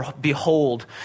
behold